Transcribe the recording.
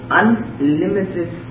unlimited